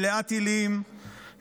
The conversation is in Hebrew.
מלאה טילים,